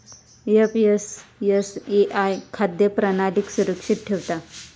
FSSAI खाद्य प्रणालीक सुरक्षित ठेवता